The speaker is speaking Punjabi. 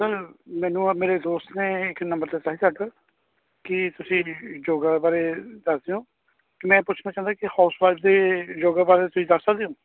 ਸਰ ਮੈਨੂੰ ਆਹ ਮੇਰੇ ਦੋਸਤ ਨੇ ਇੱਕ ਨੰਬਰ ਦਿੱਤਾ ਸੀ ਤੁਹਾਡਾ ਕਿ ਤੁਸੀਂ ਯੋਗਾ ਬਾਰੇ ਦੱਸਦੇ ਹੋ ਅਤੇ ਮੈਂ ਪੁੱਛਣਾ ਚਾਹੁੰਦਾ ਕਿ ਹਾਊਸਵਾਈਫ ਦੇ ਯੋਗਾ ਬਾਰੇ ਤੁਸੀਂ ਦੱਸ ਸਕਦੇ ਹੋ